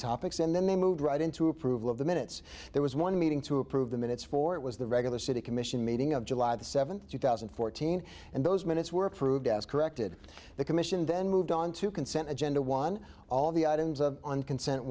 topics and then they moved right into approval of the minutes there was one meeting to approve the minutes for it was the regular city commission meeting of july the seventh two thousand and fourteen and those minutes worked through death corrected the commission then moved on to consent agenda one all the items of consent